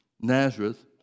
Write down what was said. Nazareth